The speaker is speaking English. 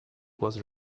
was